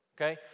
okay